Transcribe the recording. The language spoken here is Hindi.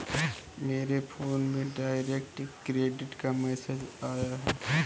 मेरे फोन में डायरेक्ट क्रेडिट का मैसेज आया है